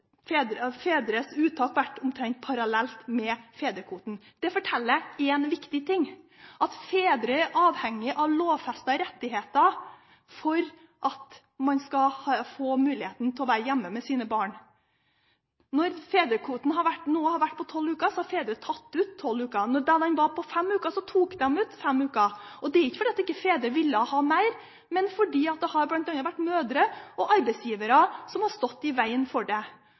har fedres uttak vært omtrent parallelt med fedrekvoten. Det forteller én viktig ting – at fedre er avhengige av lovfestede rettigheter for at de skal få mulighet til å være hjemme med sine barn. Når fedrekvoten nå har vært på tolv uker, så har fedre tatt ut tolv uker. Da den var på fem uker, tok de ut fem uker. Det er ikke fordi fedre ikke ville ha mer, men fordi bl.a. mødre og arbeidsgivere har stått i veien for det.